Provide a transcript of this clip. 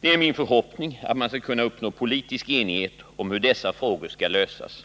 Det är min förhoppning att man skall kunna uppnå politisk enighet om hur dessa frågor skall lösas.